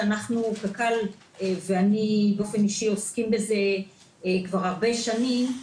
שקק"ל ואני באופן אישי עוסקים בזה כבר הרבה שנים.